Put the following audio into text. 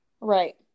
Right